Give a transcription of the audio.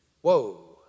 Whoa